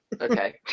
Okay